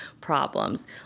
problems